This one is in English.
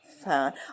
fan